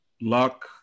luck